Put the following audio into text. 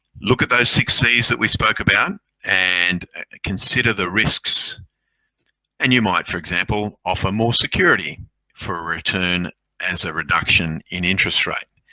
look at those six cs that we spoke about and consider the risks and you might, for example, offer more security for a return as a reduction in interest rate.